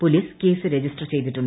police case register ചെയ്തിട്ടുണ്ട്